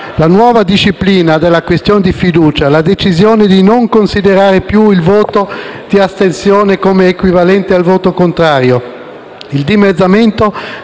La nuova disciplina della questione di fiducia, la decisione di non considerare più il voto di astensione come equivalente al voto contrario, il dimezzamento